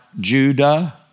Judah